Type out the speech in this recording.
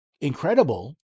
incredible